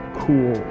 cool